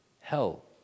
hell